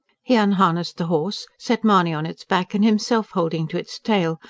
he unharnessed the horse, set mahony on its back, and himself holding to its tail,